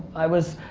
i was,